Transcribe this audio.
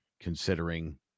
considering